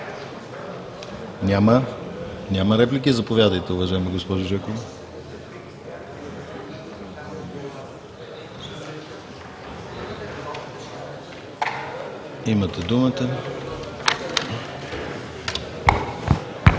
Няма. Заповядайте, уважаема госпожо Жекова, имате думата.